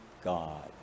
God